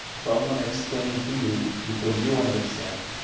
so um want to explain to you because you understand.